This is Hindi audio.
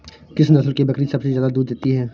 किस नस्ल की बकरी सबसे ज्यादा दूध देती है?